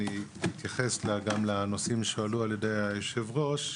אני אתייחס גם לנושאים שעלו על ידי היושב-ראש.